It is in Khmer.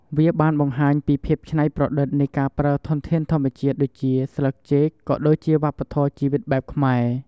វាបានបង្ហាញពីភាពច្នៃប្រឌិតនៃការប្រើធនធានធម្មជាតិដូចជា ស្លឹកចេក ក៏ដូចជាវប្បធម៌ជីវិតបែបខ្មែរ។